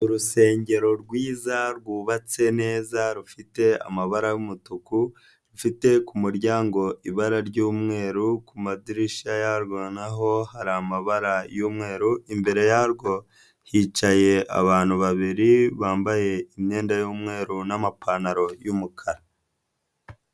Urusengero rwiza rwubatse neza rufite amabara yumutuku, rufite ku muryango ibara ry'umweru, ku madirishya yarwo naho hari amabara y'umweru, imbere yarwo hicaye abantu babiri bambaye imyenda y'umweru n'amapantaro yumukara.